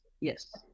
yes